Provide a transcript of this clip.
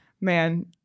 Man